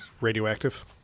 Radioactive